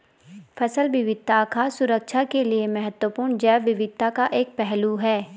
फसल विविधता खाद्य सुरक्षा के लिए महत्वपूर्ण जैव विविधता का एक पहलू है